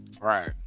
Right